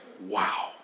Wow